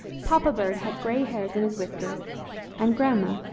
papa bird had grey hairs in his whiskers and grandma,